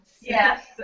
Yes